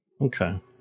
Okay